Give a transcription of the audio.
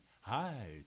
Hi